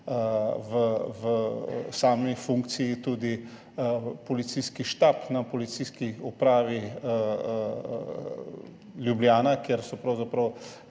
v sami funkciji tudi policijski štab na Policijski upravi Ljubljana, kjer so pravzaprav